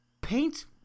paint